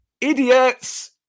idiots